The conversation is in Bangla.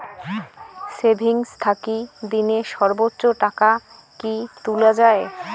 সেভিঙ্গস থাকি দিনে সর্বোচ্চ টাকা কি তুলা য়ায়?